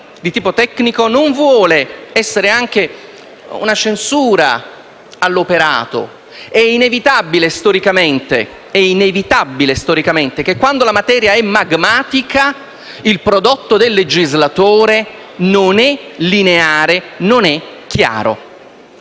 di tipo tecnico non vuole essere anche una censura all'operato. È inevitabile storicamente che quando la materia è magmatica il prodotto del legislatore non è lineare, non è chiaro.